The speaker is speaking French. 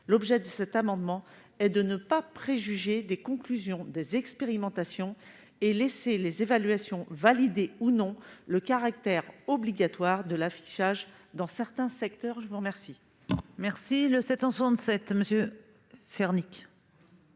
L'objet de cet amendement est de ne pas préjuger les conclusions de ces expérimentations et de laisser les évaluations valider ou non le caractère obligatoire de l'affichage dans certains secteurs. L'amendement